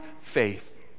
faith